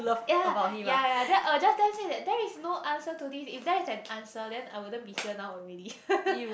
ya ya ya then I will just tell him say that there is no answer to this if there is an answer then I wouldn't be here now already